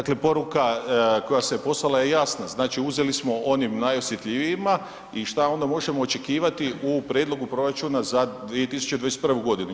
Dakle, poruka koja se poslala je jasna, znači uzeli smo onim najosjetljivijima i šta onda možemo očekivati u prijedlogu proračuna za 2021. godinu.